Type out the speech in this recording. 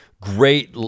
Great